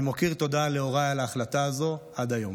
אני מכיר תודה להוריי על ההחלטה הזו עד היום.